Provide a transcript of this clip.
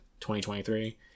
2023